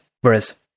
whereas